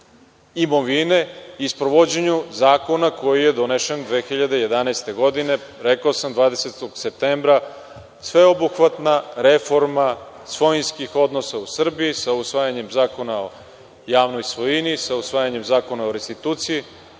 imovine i sprovođenju zakona koji je donošen 2011. godine, rekao sam 20. septembra, sveobuhvatna reforma svojinskih odnosa u Srbiji sa usvajanjem Zakona o javnoj svojini, sa usvajanjem Zakona o restituciji